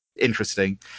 interesting